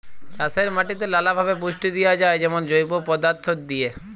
চাষের মাটিতে লালাভাবে পুষ্টি দিঁয়া যায় যেমল জৈব পদাথ্থ দিঁয়ে